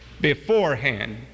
beforehand